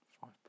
five